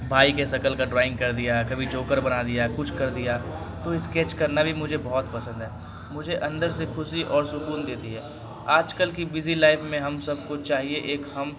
بھائی کے سکل کا ڈرائنگ کر دیا کبھی جووکر بنا دیا کچھ کر دیا تو اسکیچ کرنا بھی مجھے بہت پسند ہے مجھے اندر سے خوشی اور سکون دیتی ہے آج کل کی بزی لائف میں ہم سب کوچھ چاہیے ایک ہم